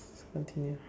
continue